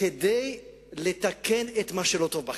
כדי לתקן את מה שלא טוב בחברה.